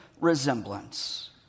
resemblance